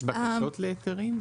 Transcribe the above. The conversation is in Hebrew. יש בקשות להיתרים?